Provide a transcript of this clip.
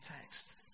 text